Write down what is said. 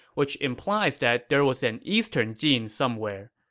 which implies that there was an eastern jin somewhere.